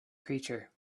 creature